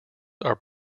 are